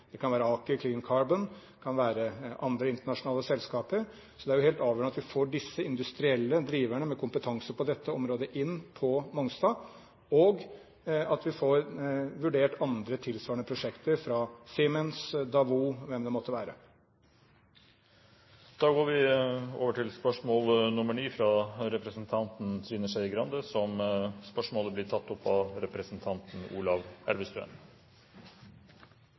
det kan være Aker Clean Carbon, det kan være andre internasjonale selskaper. Så det er helt avgjørende at vi får disse industrielle driverne med kompetanse på dette området inn på Mongstad, og at vi får vurdert andre tilsvarende prosjekter, fra Siemens, Daewoo eller hvem det måtte være. Dette spørsmålet, fra representanten Trine Skei Grande til miljø- og utviklingsministeren, vil bli tatt opp av representanten Ola Elvestuen.